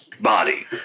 body